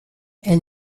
elles